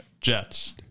Jets